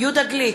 יהודה גליק,